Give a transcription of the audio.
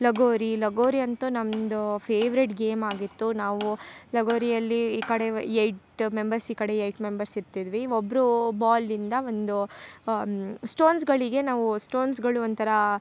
ಲಗೋರಿ ಲಗೋರಿ ಅಂತು ನಮ್ಮದು favourite game ಆಗಿತ್ತು ನಾವು ಲಗೋರಿಯಲ್ಲಿ ಈ ಕಡೆ ಏಯ್ಟ್ ಮೆಂಬರ್ಸ್ ಈ ಕಡೆ ಏಯ್ಟ್ ಮೆಂಬರ್ಸ್ ಇತ್ತಿದ್ವಿ ಒಬ್ಬರು ಬಾಲಿಂದ ಒಂದು ಸ್ಟೋನ್ಸ್ಗಳಿಗೆ ನಾವು ಸ್ಟೋನ್ಸ್ಗಳು ಒಂಥರ